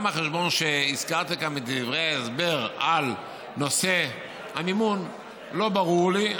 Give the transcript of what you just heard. גם החשבון שהזכרתי כאן בדברי ההסבר על נושא המימון לא ברור לי.